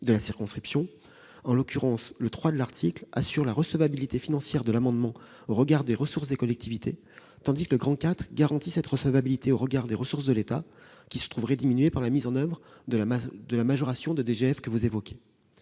de la circonscription. En l'occurrence, le III de l'article assure la recevabilité financière de l'amendement au regard des ressources des collectivités locales tandis que le IV garantit cette recevabilité au regard des ressources de l'État, qui se trouveraient diminuées par la mise en oeuvre d'une majoration de la DGF.